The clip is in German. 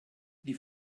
die